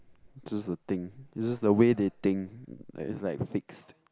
just a thing it's just the way they think like it's like fixed